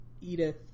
Edith